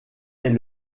est